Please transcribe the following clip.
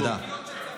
תודה.